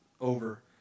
over